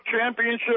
championship